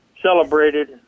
celebrated